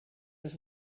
has